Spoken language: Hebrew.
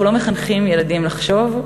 אנחנו לא מחנכים ילדים לחשוב,